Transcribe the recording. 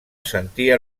sentia